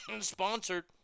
sponsored